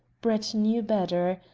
brett knew better.